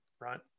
right